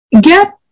Get